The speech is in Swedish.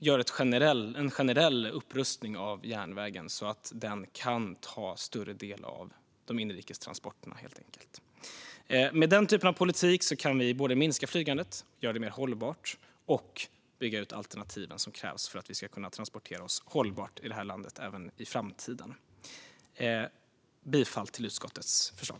Gör också en generell upprustning av järnvägen, så att den helt enkelt kan ta en större del av de inrikes transporterna! Med den typen av politik kan vi såväl minska flygandet och göra det mer hållbart som bygga ut de alternativ som krävs för att vi ska kunna transportera oss hållbart i det här landet även i framtiden. Jag yrkar bifall till utskottets förslag.